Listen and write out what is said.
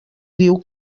diu